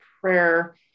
prayer